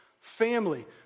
family